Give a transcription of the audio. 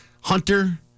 hunter